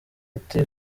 iti